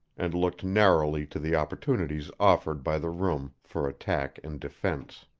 and looked narrowly to the opportunities offered by the room for attack and defense.